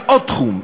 כרגיל.